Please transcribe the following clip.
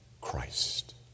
Christ